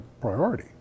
priority